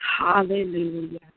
Hallelujah